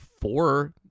four